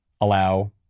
allow